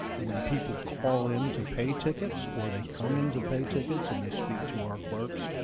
when people call in to pay tickets or they come in to pay tickets and they speak to our clerks,